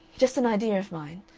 just an idea of mine.